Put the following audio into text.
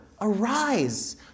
arise